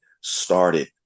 started